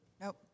Nope